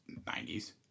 90s